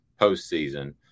postseason